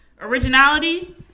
Originality